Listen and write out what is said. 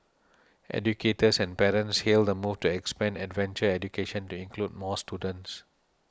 educators and parents hailed the move to expand adventure education to include more students